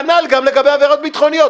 כנ"ל גם לגבי עבירות ביטחוניות.